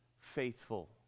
faithful